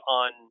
on